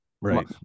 right